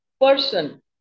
person